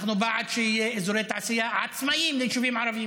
אנחנו בעד שיהיו אזורי תעשייה עצמאיים ליישובים ערביים,